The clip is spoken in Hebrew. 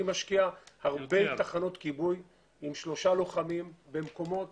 אני משקיע הרבה תחנות כיבוי עם שלושה לוחמים במקומות